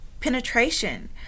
penetration